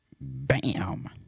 Bam